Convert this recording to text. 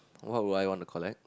what will I want to collect